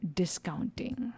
discounting